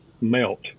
melt